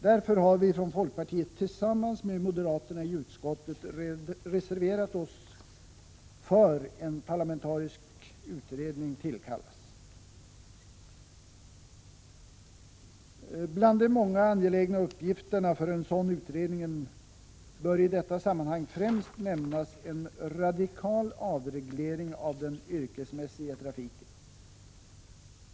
Därför har vi från folkpartiet tillsammans med moderaterna i utskottet reserverat oss för att en parlamentarisk utredning tillkallas. Bland de många angelägna uppgifterna för en sådan utredning bör i detta sammanhang främst nämnas en radikal avreglering av den yrkesmässiga trafiken.